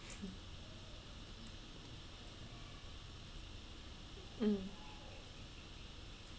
mm